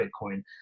bitcoin